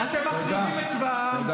המציאות שלנו השתנתה אחרי 7 באוקטובר.